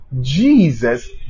jesus